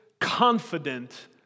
confident